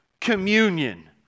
communion